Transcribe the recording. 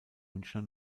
münchner